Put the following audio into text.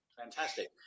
Fantastic